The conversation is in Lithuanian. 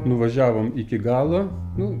nuvažiavom iki galo nu